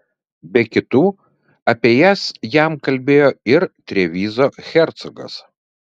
be kitų apie jas jam kalbėjo ir trevizo hercogas